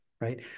Right